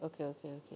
okay okay okay